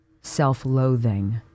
self-loathing